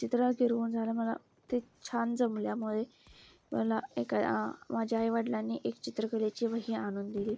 चित्र गिरवून झाल्यावर मला खूप छान जमल्यामुळे मला एक या माझ्या आईवडलांनी एक चित्रकलेची वही आणून दिली